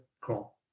call